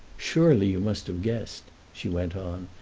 surely you must have guessed! she went on,